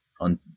on